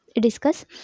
discuss